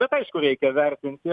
bet aišku reikia vertinti